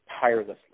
tirelessly